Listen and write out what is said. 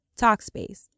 Talkspace